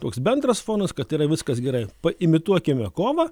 toks bendras fonas kad yra viskas gerai paimituokime kovą